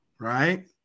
Right